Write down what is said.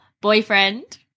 boyfriend